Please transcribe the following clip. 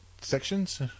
sections